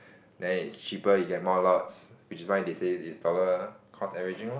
then it's cheaper you get more lots which is why they say is dollar cost every drink lor